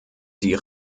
sie